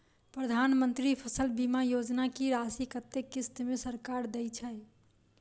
प्रधानमंत्री फसल बीमा योजना की राशि कत्ते किस्त मे सरकार देय छै?